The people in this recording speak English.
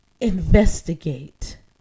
Investigate